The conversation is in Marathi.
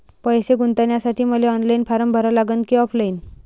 पैसे गुंतन्यासाठी मले ऑनलाईन फारम भरा लागन की ऑफलाईन?